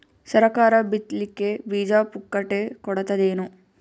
ಸರಕಾರ ಬಿತ್ ಲಿಕ್ಕೆ ಬೀಜ ಪುಕ್ಕಟೆ ಕೊಡತದೇನು?